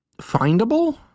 findable